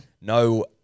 No